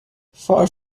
far